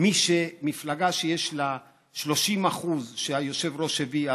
מפלגה שיש לה 30% שהיושב-ראש הביא,